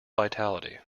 vitality